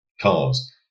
cars